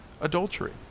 adultery